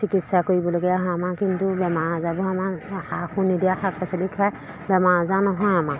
চিকিৎসা কৰিবলগীয়া হয় আমাৰ কিন্তু বেমাৰ আজাৰবোৰ আমাৰ সাৰবোৰ নিদিয়া শাক পাচলি খাই বেমাৰ আজাৰ নহয় আমাৰ